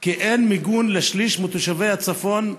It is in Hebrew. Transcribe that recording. כי אין מיגון לשליש מתושבי הצפון,